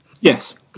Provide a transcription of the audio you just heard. Yes